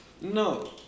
No